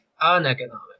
uneconomic